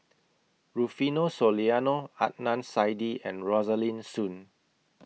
Rufino Soliano Adnan Saidi and Rosaline Soon